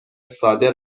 ساده